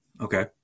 Okay